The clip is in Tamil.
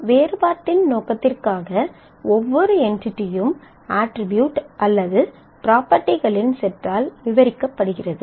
வேறுபாட்டின் நோக்கத்திற்காக ஒவ்வொரு என்டிடியும் அட்ரிபியூட் அல்லது ப்ராப்பர்ட்டிகளின் செட்டால் விவரிக்கப்படுகிறது